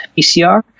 PCR